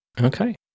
Okay